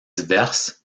diverses